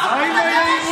מדבר.